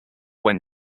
when